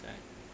I